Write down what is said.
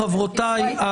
חברותיי.